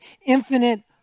infinite